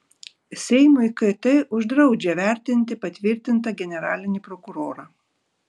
seimui kt uždraudžia vertinti patvirtintą generalinį prokurorą